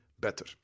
better